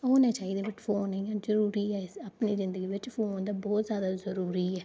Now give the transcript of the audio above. होने चाहिदा फोन बी जरूरी ऐ अपनी जिंदगी बिच फोन ते बहुत जादा जरूरी ऐ